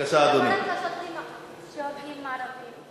למה רק ליהודים שהורגים ערבים?